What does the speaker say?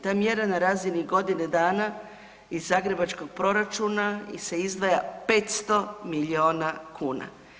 Ta mjera na razini godine dana iz zagrebačkog proračuna se izdvaja 500 miliona kuna.